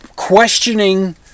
Questioning